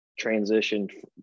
transitioned